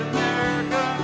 America